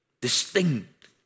distinct